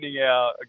out